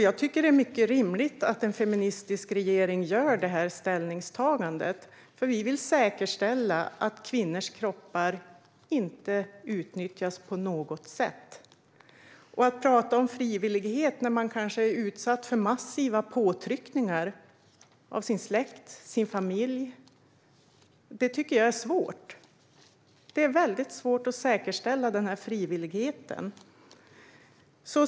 Jag tycker att det är mycket rimligt att en feministisk regering gör detta ställningstagande, för vi vill säkerställa att kvinnors kroppar inte utnyttjas på något sätt. Att prata om frivillighet när kvinnan kanske är utsatt för massiva påtryckningar av sin släkt, sin familj, tycker jag är svårt. Det är väldigt svårt att säkerställa denna frivillighet.